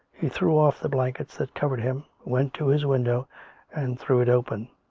he threw off the blankets that covered him, went to his window and threw it open.